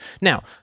Now